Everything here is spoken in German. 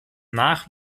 nach